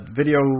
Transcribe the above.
video